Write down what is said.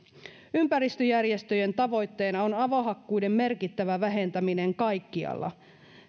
ympäristöjärjestöjen tavoitteena on avohakkuiden merkittävä vähentäminen kaikkialla